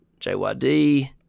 JYD